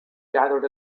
gathered